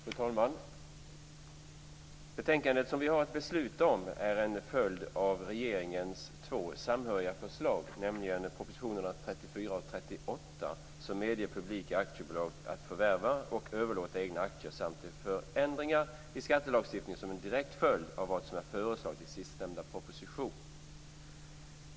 Fru talman! Betänkandet som vi har att besluta om är en följd av regeringens två samhöriga förslag, nämligen propositionerna 34 och 38, som medger publika aktiebolag att förvärva och överlåta egna aktier, samt de förändringar i skattelagstiftningen som är en direkt följd av vad som är föreslaget i förstnämnda proposition.